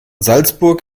salzburg